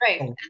Right